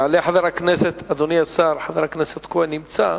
יעלה חבר הכנסת, אדוני השר, חבר הכנסת כהן נמצא,